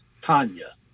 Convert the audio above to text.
Tanya